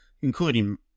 including